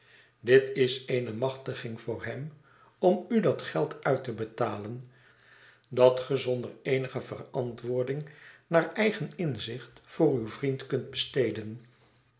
dit is eene machtiging voor hem om udat geld uit te betalen dat ge zonder eenige verantwoording naar eigen inzicht voor uw vriend kunt besteden